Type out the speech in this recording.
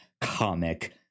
comic